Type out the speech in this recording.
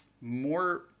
more